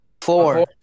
Four